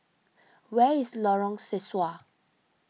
where is Lorong Sesuai